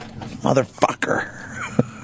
Motherfucker